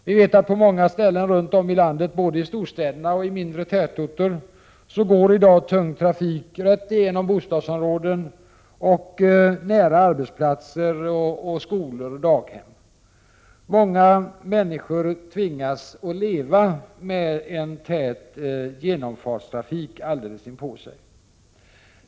Vi vet att på många ställen runt om i landet, både i storstäderna och i mindre tätorter, går i dag tung trafik rakt igenom bostadsområden och nära arbetsplatser, skolor och daghem. Många människor tvingas leva med en tät genomfartstrafik alldeles inpå sig.